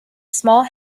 small